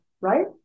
right